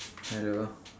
hello